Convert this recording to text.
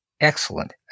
excellent